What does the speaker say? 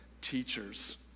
teachers